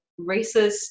racist